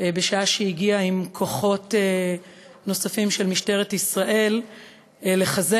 בשעה שהגיע עם כוחות נוספים של משטרת ישראל לחזק